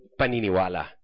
paniniwala